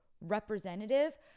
representative